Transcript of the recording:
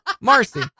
marcy